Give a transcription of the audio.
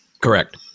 Correct